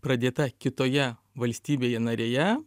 pradėta kitoje valstybėje narėje